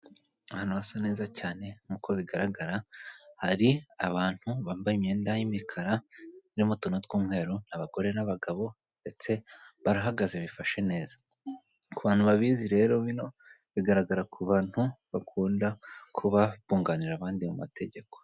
Ahantu hasa neza cyane nk'uko bigaragara, hari abantu bambaye imyenda y'imikara irimo utuntu tw'umweru, abagore n'abagabo ndetse barahagaze, bifashe neza. Ku bantu babizi rero bino bigaragara ku bantu bakunda kuba bunganira abandi mu mategeko.